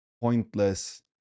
pointless